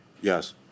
Yes